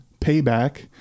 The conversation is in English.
Payback